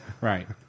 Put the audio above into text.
Right